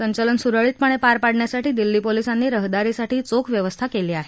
संचलन सुरळीतपणे पार पाडण्यासाठी दिल्ली पोलिसांनी रहदारीसाठी चोख व्यवस्था केली आहे